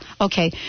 okay